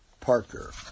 Parker